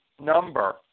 number